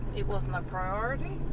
it wasn't a priority.